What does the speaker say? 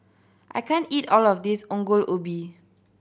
I can't eat all of this Ongol Ubi